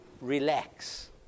relax